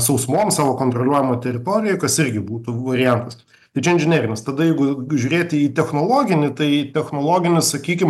sausomom savo kontroliuojamoj teritorijoj kas irgi būtų variantas tai čia inžinerinis tada jeigu žiūrėti į technologinį tai technologinis sakykim